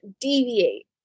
deviate